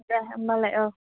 दे होमब्लालाय